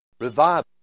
Revival